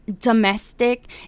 domestic